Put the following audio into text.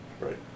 Right